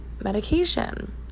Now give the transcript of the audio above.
medication